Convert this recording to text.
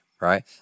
right